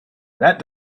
that